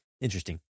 interesting